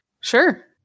Sure